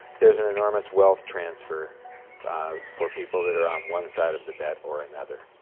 there's an enormous wealth transfer for people that are on one side of the bet or another.